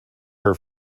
her